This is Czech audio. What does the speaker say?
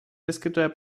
vyskytuje